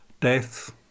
death